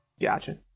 Gotcha